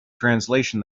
translation